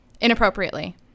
inappropriately